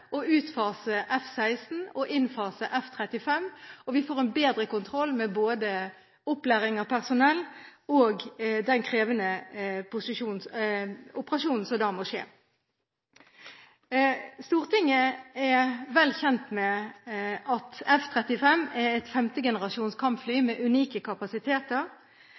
å utfase F-16 og innfase F-35, og vi får en bedre kontroll med både opplæring av personell og den krevende operasjonen som da må skje. Stortinget er vel kjent med at F-35 er et femtegenerasjons kampfly med unike kapasiteter,